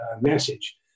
message